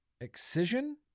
excision